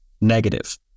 negative